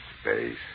space